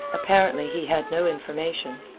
apparently, he had no information.